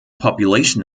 population